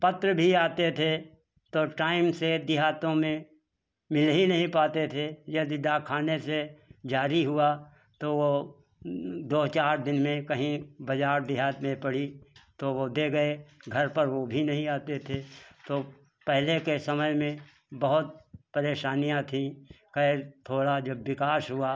पत्र भी आते थे तो टाइम से देहातों में मिल ही नहीं पाते थे यदि डाकखाने से जारी हुआ तो वो दो चार दिन में बाज़ार देहात में पड़ी तो वो दे गए घर पर वो भी नहीं आते थे तो पहले के समय में बहुत परेशानियाँ थी खैर थोड़ा जब विकास हुआ